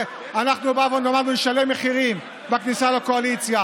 אנחנו באנו ואמרנו שנשלם מחירים בכניסה לקואליציה